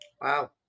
Wow